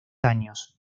años